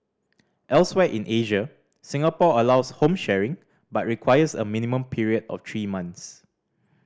elsewhere in Asia Singapore allows home sharing but requires a minimum period of three months